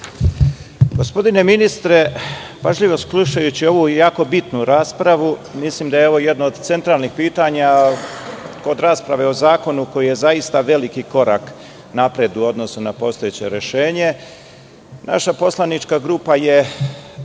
Gospodine ministre, pažljivo slušajući ovu jako bitnu raspravu, mislim da je ovo jedno od centralnih pitanja i da je zaista jedan veliki korak napred u odnosu na postojeće rešenje, naša poslanička grupa je